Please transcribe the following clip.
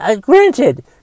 Granted